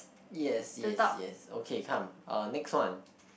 yes yes yes okay come uh next one